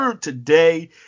today